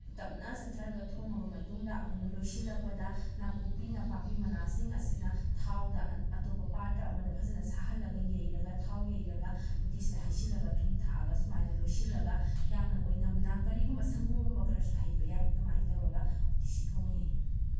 ꯇꯞꯅ ꯆꯠꯊꯔꯒ ꯊꯣꯡꯉꯕ ꯃꯇꯨꯡꯗ ꯑꯩꯈꯣꯏꯅ ꯂꯣꯏꯁꯤꯜꯂꯛꯄꯗ ꯅꯥꯀꯨꯞꯄꯤ ꯅꯥꯄꯥꯛꯄꯤ ꯃꯅꯥꯁꯤꯡ ꯑꯁꯤꯅ ꯊꯥꯎꯗ ꯑꯇꯣꯞꯄ ꯄꯥꯇ꯭ꯔ ꯑꯃꯗ ꯐꯖꯅ ꯁꯥꯍꯜꯂꯒ ꯌꯩꯔꯒ ꯊꯥꯎ ꯌꯩꯔꯒ ꯎꯇꯤꯁꯤꯗ ꯍꯩꯖꯤꯜꯂꯒ ꯊꯨꯝ ꯊꯥꯛꯑꯒ ꯁꯨꯃꯥꯏꯅ ꯂꯣꯏꯁꯤꯜꯂꯒ ꯌꯥꯝꯅ ꯑꯣꯏꯅꯝꯅ ꯀꯔꯤꯒꯨꯝꯕ ꯁꯪꯒꯣꯝꯒꯨꯝꯕ ꯈꯔꯁꯨ ꯍꯩꯕ ꯌꯥꯏ ꯑꯗꯨꯃꯥꯏꯅ ꯇꯧꯔꯒ ꯎꯇꯤꯁꯤ ꯊꯣꯡꯉꯤ